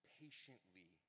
patiently